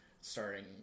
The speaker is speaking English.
starting